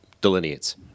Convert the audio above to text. delineates